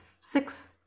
six